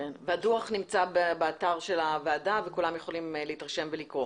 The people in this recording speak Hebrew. הדוח נמצא באתר של הוועדה וכולם יכולים להתרשם ולקרוא.